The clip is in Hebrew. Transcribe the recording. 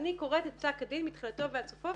אני קוראת את פסק הדין מתחילתו ועד סופו,